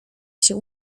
się